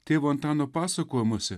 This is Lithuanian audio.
tėvo antano pasakojimuose